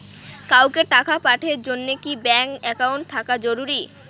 কাউকে টাকা পাঠের জন্যে কি ব্যাংক একাউন্ট থাকা জরুরি?